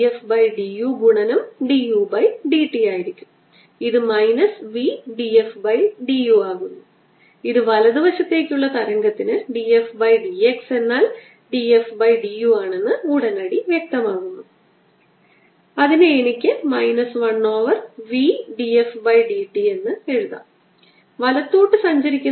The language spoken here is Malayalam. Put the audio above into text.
2πr1lr12l0ρ ∴E1r120 നെഗറ്റീവ് ചാർജിന്റെ അതേ രീതിയിൽ ഫീൽഡ് വിപരീത ദിശയിലായിരിക്കും മാഗ്നിറ്റ്യൂഡ് സമാനമാകാൻ പോകുന്നത് അതിനാൽ E 2 rho r 2 over 2 epsilon 0 ആയിരിക്കും